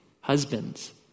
Husbands